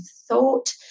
thought